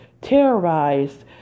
terrorized